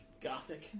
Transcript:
Gothic